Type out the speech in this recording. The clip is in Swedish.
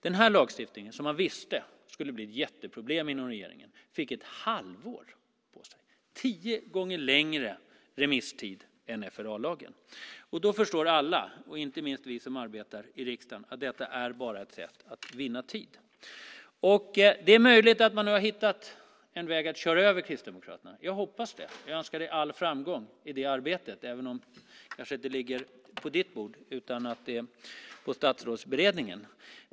Den här lagstiftningen, som man visste skulle bli ett jätteproblem inom regeringen, fick ett halvår på sig - tio gånger längre remisstid än FRA-lagen. Då förstår alla, inte minst vi som arbetar i riksdagen, att detta bara är ett sätt att vinna tid. Det är möjligt att man har hittat en väg att köra över Kristdemokraterna. Jag hoppas det. Jag önskar dig all framgång i det arbetet, även om det kanske inte ligger på ditt bord utan på Statsrådsberedningen.